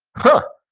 huh.